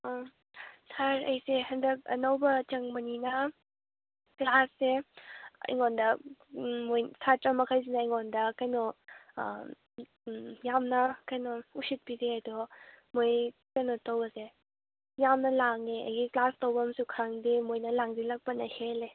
ꯑꯥ sir ꯑꯩꯁꯦ ꯍꯟꯗꯛ ꯑꯅꯧꯕ ꯆꯪꯕꯅꯤꯅ ꯀ꯭ꯂꯥꯁꯁꯦ ꯑꯩꯉꯣꯟꯗ ꯃꯣꯏ ꯁꯥꯇ꯭ꯔ ꯃꯈꯩꯁꯤꯅ ꯑꯩꯉꯣꯟꯗ ꯀꯩꯅꯣ ꯌꯥꯝꯅ ꯀꯩꯅꯣ ꯎꯁꯤꯠꯄꯤꯗꯦ ꯑꯗꯣ ꯃꯣꯏ ꯀꯩꯅꯣ ꯇꯧꯕꯁꯦ ꯌꯥꯝꯅ ꯂꯥꯡꯉꯦ ꯑꯩꯒꯤ ꯀ꯭ꯂꯥꯁ ꯇꯧꯐꯝꯁ ꯈꯪꯗꯦ ꯃꯣꯏꯅ ꯂꯥꯡꯁꯤꯜꯂꯛꯄꯅ ꯍꯦꯜꯂꯦ